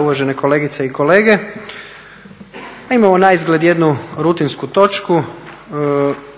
Uvažene kolegice i kolege. Imamo naizgled jednu rutinsku točku,